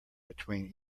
between